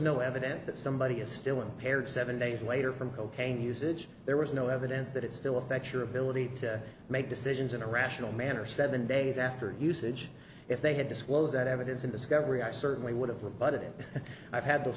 no evidence that somebody is still impaired seven days later from cocaine usage there was no evidence that it still affects your ability to make decisions in a rational manner seven days after usage if they had disclosed that evidence in discovery i certainly would have rebutted it i've had those